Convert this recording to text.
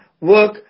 work